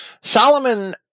Solomon